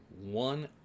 one